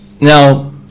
now